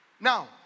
Now